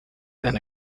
and